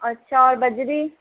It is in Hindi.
अच्छा और बजरी